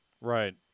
Right